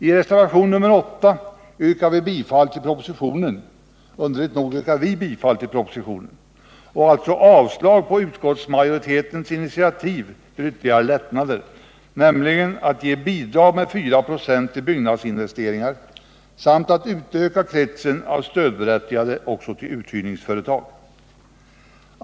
I reservationen 8 yrkar — underligt nog — vi bifall till propositionen och avslag på utskottsmajoritetens initiativ att ge bidrag med 4 96 till byggnadsinvesteringar samt att utöka kretsen av stödberättigade också till uthyrningsföretag.